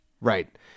Right